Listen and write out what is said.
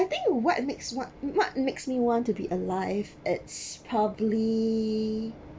I think what makes what what makes me want to be alive it's probably